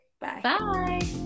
Bye